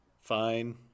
Fine